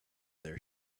their